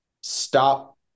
stop